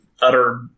utter